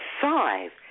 five